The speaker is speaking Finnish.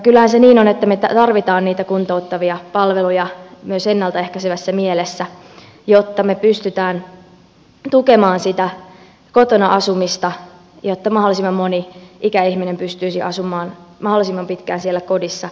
kyllähän se niin on että me tarvitsemme niitä kuntouttavia palveluja myös ennalta ehkäisevässä mielessä jotta me pystymme tukemaan sitä kotona asumista jotta mahdollisimman moni ikäihminen pystyisi asumaan mahdollisimman pitkään siellä kodissa